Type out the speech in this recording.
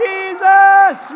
Jesus